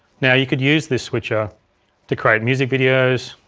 now, you could use this switcher to create music videos,